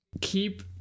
keep